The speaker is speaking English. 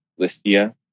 Listia